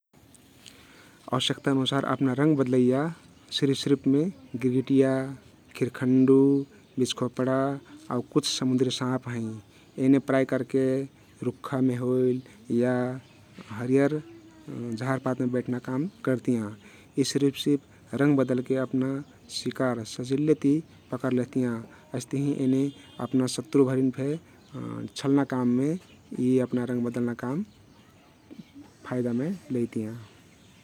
अवश्यक्ता अनुसार अपना रङ्ग बदलैया सृसृपमे गिरगिटया, खिरखन्डु, बिछखोप्डा आउ कुछ समुन्द्री साँप हँइ । एने प्राय करके रुख्खामे होइल या हरियर झारपातमे बैठना काम करतियाँ । यी सृसृप रङ्ग बदलके अपना शिकार सहजील्लेति पकर लेहतियाँ । अइस्तहिं एने अपना शत्रु भरिन फे छल्ना काममे यी अपना रङ्ग बदल्ना काम फाइदामे लइतियाँ ।